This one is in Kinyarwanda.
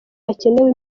hakenewe